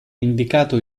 indicato